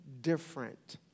different